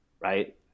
Right